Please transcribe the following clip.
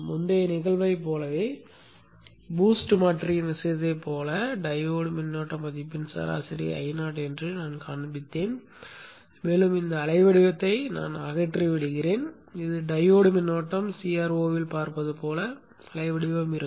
முந்தைய நிகழ்வைப் போலவே BOOST மாற்றியின் விஷயத்தைப் போலவே டையோடு மின்னோட்ட மதிப்பின் சராசரி Io என்று நான் காண்பித்தேன் மேலும் இந்த அலை வடிவத்தை அகற்றி விடுகிறேன் இது டையோடு மின்னோட்டம் நீங்கள் CRO இல் பார்ப்பது போல் அலை வடிவம் இருக்கும்